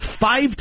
five